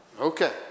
Okay